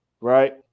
right